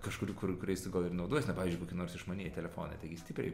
kažkur kur kuriais tu gal ir naudojies na pavyzdžiui koki nors išmanieji telefonai taigi stipriai